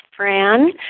Fran